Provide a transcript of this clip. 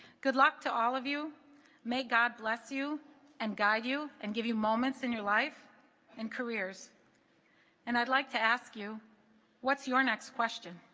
good luck to all of you may god bless you and guide you and give you moments in your life and careers and i'd like to ask you what's your next question